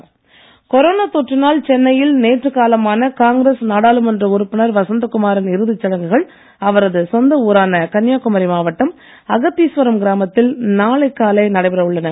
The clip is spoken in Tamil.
வசந்தகுமார் கொரோனா தொற்றினால் சென்னையில் நேற்று காலமான காங்கிரஸ் நாடாளுமன்ற உறுப்பினர் வசந்தகுமாரின் இறுதிச் சடங்குகள் அவரது சொந்த ஊரான கன்னியகுமரி மாவட்டம் அகத்தீஸ்வரம் கிராமத்தில் நாளை காலை நடைபெற உள்ளன